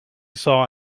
saw